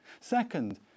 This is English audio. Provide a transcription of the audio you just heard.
Second